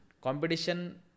Competition